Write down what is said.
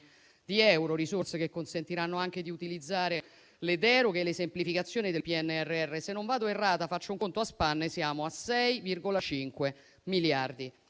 di euro; risorse che consentiranno anche di utilizzare le deroghe e le semplificazioni del PNRR. Se non vado errata, facendo un conto a spanne, siamo a 6,5 miliardi